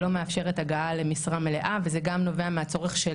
שלא מאפשרת הגעה למשרה מלאה וזה גם נובע מהצורך של